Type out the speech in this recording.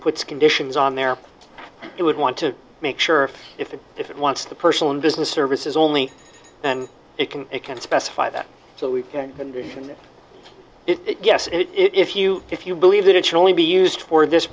puts conditions on there it would want to make sure if it if it wants the personal and business services only then it can it can specify that so we've got it yes and if you if you believe that it should only be used for this